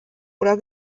oder